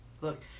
Look